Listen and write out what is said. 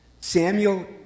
Samuel